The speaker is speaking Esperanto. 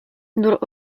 nur